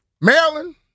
Maryland